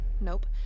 Nope